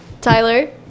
Tyler